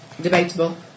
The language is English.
Debatable